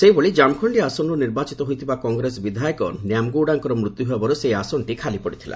ସେହିଭଳି ଜାମଖଣ୍ଡି ଆସନର୍ ନିର୍ବାଚିତ ହୋଇଥିବା କଂଗ୍ରେସ ବିଧାୟକ ନ୍ୟାମଗୌଡ଼ାଙ୍କର ମୃତ୍ୟୁ ହେବାରୁ ସେହି ଆସନଟି ଖାଲି ପଡ଼ିଥିଲା